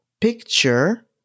picture